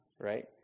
right